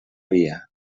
via